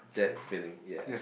that feeling yes